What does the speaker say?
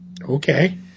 okay